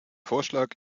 vorschlag